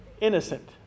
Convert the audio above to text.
innocent